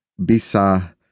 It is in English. bisa